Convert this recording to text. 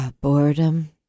boredom